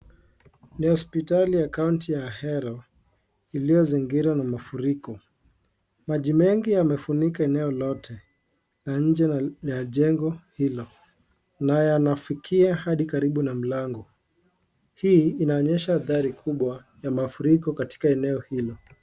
Ni hospitali ya kaunti ya Ahero iliyozingira na mafuriko. Maji mengi yamefunika eneo lote na nje ya jengo hilo na yanafikia hadi karibu na mlango. Hii inaonyesha adhari kubwa ya mafuriko katika eneo hilo.